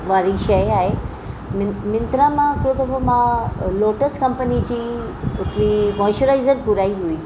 वारी शइ आहे मिंत्रा मा हिकिड़ो दफ़ो मां लोटस कंपनी जी हिकिड़ी मॉइस्चराइज़र घुराई हुई